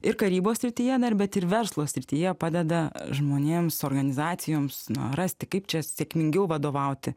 ir karybos srityje dar bet ir verslo srityje padeda žmonėms organizacijoms na rasti kaip čia sėkmingiau vadovauti